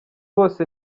bose